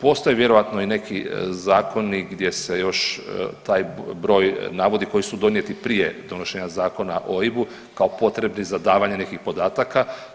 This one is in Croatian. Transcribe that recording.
Postoji vjerojatno i neki zakoni gdje se još taj broj navodi koji su donijeti prije donošenja Zakona o OIB-u kao potrebni za davanje nekih podataka.